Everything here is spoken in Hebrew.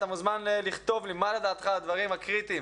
אתה מוזמן לכתוב לי מה לדעתך הדברים הקריטיים